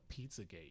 pizzagate